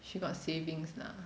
she got savings lah